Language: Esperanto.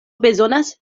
bezonas